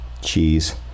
cheese